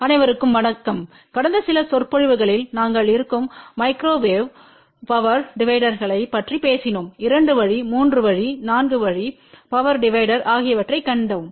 அனைவருக்கும் வணக்கம் கடந்த சில சொற்பொழிவுகளில் நாங்கள் இருக்கும் மைக்ரோவேவ் பவர் டிவைடர்களைப் பற்றி பேசினோம் 2 வழி 3 வழி 4 வழி பவர் டிவைடர் ஆகியவற்றைக் கண்டேன்